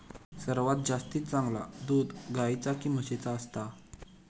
सर्वात जास्ती चांगला दूध गाईचा की म्हशीचा असता?